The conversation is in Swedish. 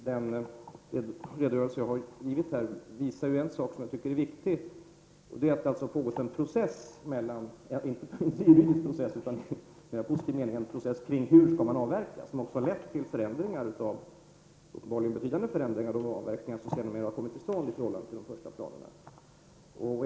Den redogörelse som jag har givit här visar på en sak som jag tycker är viktig, nämligen att det i positiv mening har pågått en process kring hur avverkningen skall ske, som också har lett till uppenbarligen betydande förändringar av de avverkningar som sedermera har kommit till stånd i förhållande till de första planerna.